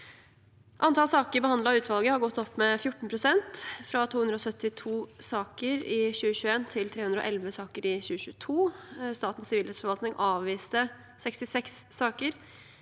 Antall saker behandlet av utvalget har gått opp med 14 pst., fra 272 saker i 2021 til 311 saker i 2022. Statens sivilrettsforvaltning avviste 66 saker